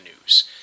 news